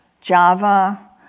Java